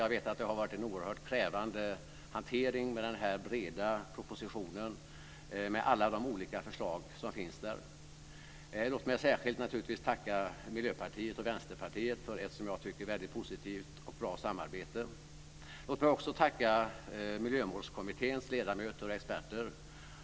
Jag vet att det har varit en oerhört krävande hantering kring den här breda propositionen och alla de olika förslag som finns där. Låt mig naturligtvis också särskilt tacka Miljöpartiet och Vänsterpartiet för ett, tycker jag, väldigt positivt och bra samarbete. Låt mig också tacka Miljömålskommitténs ledamöter och experter.